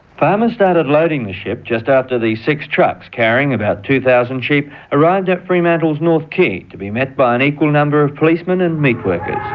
farmers started loading the ship just after the six trucks carrying about two thousand sheep arrived at fremantle's north quay to be met by an equal number of policemen and meatworkers.